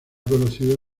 conocido